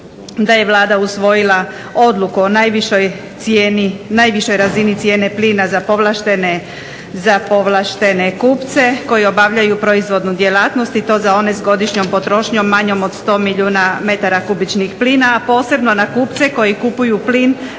da je Vlada usvojila odluku o najvišoj cijeni, najvišoj razini cijene plina za povlaštene kupce koji obavljaju proizvodnu djelatnost i to za one s godišnjom potrošnjom manjom od 100 milijuna metara kubičnih plina, a posebno na kupce koji kupuju plin